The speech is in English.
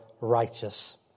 righteous